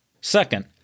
Second